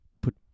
put